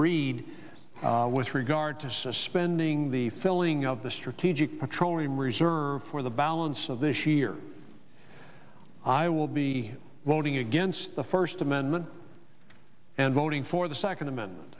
need with regard to suspending the filling of the strategic petroleum reserve for the balance of this year i will be voting against the first amendment and voting for the second